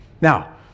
Now